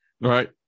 Right